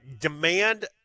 Demand